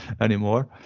anymore